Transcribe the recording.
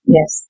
Yes